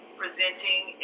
presenting